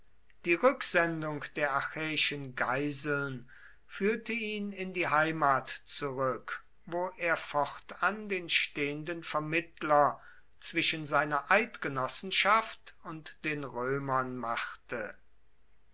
die rücksendung der achäischen geiseln führte ihn in die heimat zurück wo er fortan den stehenden vermittler zwischen seiner eidgenossenschaft und den römern machte